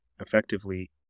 effectively